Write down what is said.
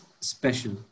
special